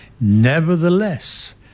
Nevertheless